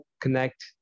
connect